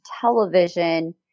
television